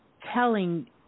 telling